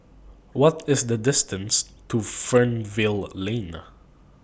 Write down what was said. What IS The distance to Fernvale Lane